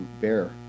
bear